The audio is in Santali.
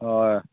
ᱦᱚᱭ